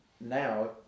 now